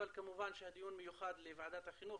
אבל כמובן שהדיון מיוחד לחינוך,